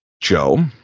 Joe